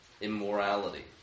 immorality